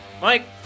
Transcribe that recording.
Mike